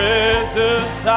presence